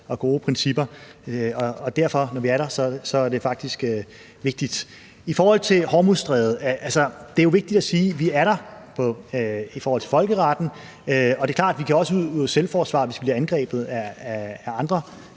og gode principper. Derfor, når vi er der, er det faktisk vigtigt. I forhold til Hormuzstrædet: Det er jo vigtigt at sige, at vi er der i forhold til folkeretten, og det er også klart, at vi kan yde selvforsvar, hvis vi bliver angrebet af andre